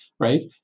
Right